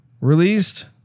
released